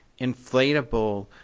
inflatable